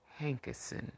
Hankerson